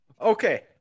Okay